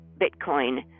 Bitcoin